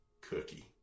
cookie